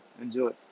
Enjoy